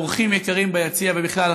אורחים יקרים ביציע ובכלל,